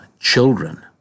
children